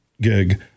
gig